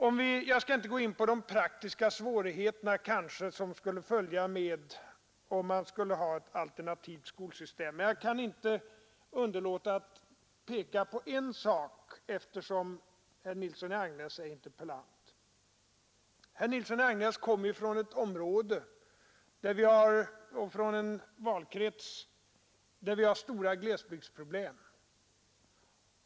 Jag skall kanske inte gå in på de praktiska svårigheter som skulle följa med ett alternativt skolsystem, men jag kan inte underlåta att peka på en sak, eftersom herr Nilsson i Agnäs är interpellant. Herr Nilsson i Agnäs kommer ju från en valkrets där vi har stora glesbygdsproblem.